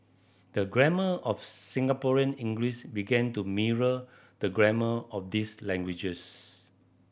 the grammar of Singaporean English began to mirror the grammar of these languages